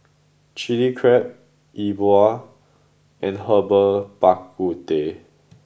Chili Crab E Bua and Herbal Bak Ku Teh